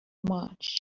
march